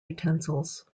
utensils